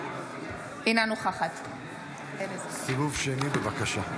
אינה נוכחת סיבוב שני, בבקשה.